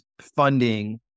funding